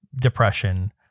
depression